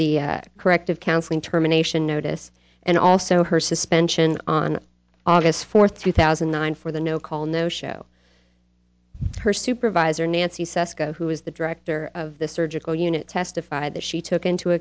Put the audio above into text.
the corrective counseling terminations notice and also her suspension on august fourth two thousand and nine for the no call no show her supervisor nancy who is the director of the surgical unit testified that she took into